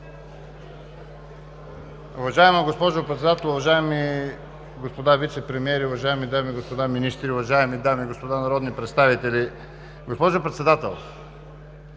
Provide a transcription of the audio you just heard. Уважаема госпожо Председател, уважаеми господа Вицепремиери, уважаеми дами и господа министри, уважаеми дами и господа народни представители! Госпожо Председател,